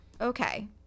okay